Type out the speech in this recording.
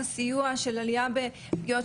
שהמרחב המקוון,